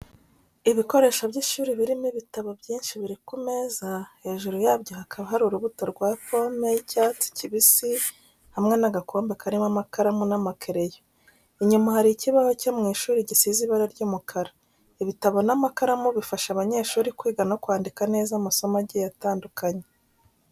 Ibikoresho by’ishuri birimo ibitabo byinshi biri ku meza, hejuru yabyo hakaba hari urubuto rwa pome y’icyatsi kibisi hamwe n’agakombe karimo amakaramu n'amakereyo. Inyuma hari ikibaho cyo mu ishuri gisize ibara ry'umukara. Ibitabo n’amakaramu bifasha abanyeshuri kwiga no kwandika neza amasomo agiye atandukanye.